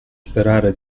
sperare